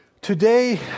Today